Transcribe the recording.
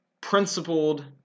principled